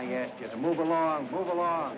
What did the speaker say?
i asked you to move along move along